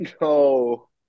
No